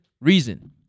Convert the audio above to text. reason